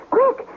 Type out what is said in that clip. Quick